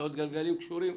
כיסאות גלגלים קשורים,